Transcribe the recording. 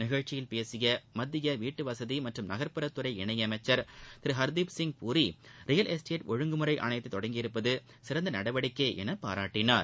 நிகழ்ச்சியில் பேசிய மத்திய வீட்டுவசதி மற்றம் நகர்புற துறை இணையமைச்சர் திரு ஹர்தீப்சிய் பூரி ரியல் எஸ்டேட் ஒழுங்குமுறை ஆணையத்தை தொடங்கியிருப்பது சிறந்த நடவடிக்கை என பாராட்டினார்